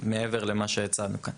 מעבר למה שהצענו כאן.